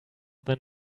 than